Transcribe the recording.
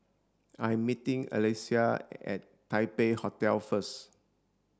I'm meeting Allyssa at Taipei Hotel first